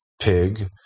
pig